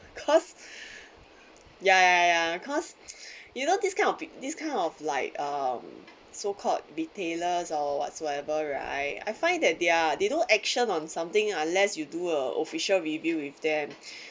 cause ya ya ya ya cause you know this kind of peo~ this kind of like um so called tailor or whatsoever right I find that they're they don't action on something unless you do a official review with them